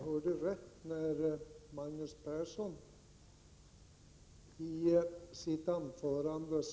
Herr talman!